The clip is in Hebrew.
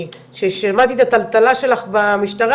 כי ששמעתי את הטלטלה שלך במשטרה,